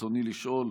רצוני לשאול: